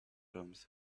rooms